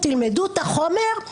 תלמדו את החומר,